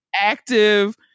active